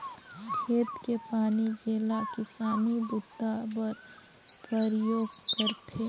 खेत के पानी जेला किसानी बूता बर परयोग करथे